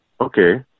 okay